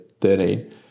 13